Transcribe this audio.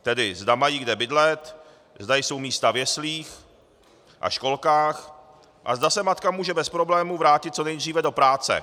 Tedy zda mají kde bydlet, zda jsou místa v jeslích a školkách a zda se matka může bez problémů vrátit co nejdříve do práce.